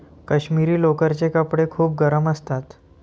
काश्मिरी लोकरचे कपडे खूप गरम असतात